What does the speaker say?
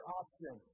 option